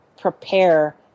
prepare